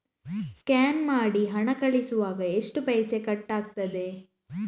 Scan ಮಾಡಿ ಹಣ ಕಳಿಸುವಾಗ ಎಷ್ಟು ಪೈಸೆ ಕಟ್ಟಾಗ್ತದೆ?